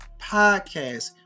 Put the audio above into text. podcast